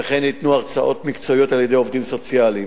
וכן ניתנו הרצאות מקצועיות על-ידי עובדים סוציאליים,